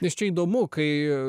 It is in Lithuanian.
nes čia įdomu kai